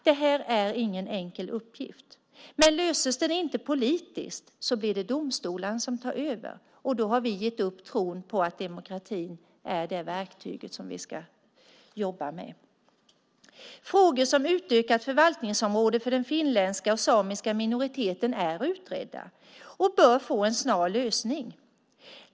Detta är ingen enkel uppgift, men löses den inte politiskt blir det domstolarna som tar över, och då har vi gett upp tron på att demokratin är det verktyg vi ska jobba med. Frågor som utökat förvaltningsområde för den finska och samiska minoriteten är utredda och bör få en snar lösning.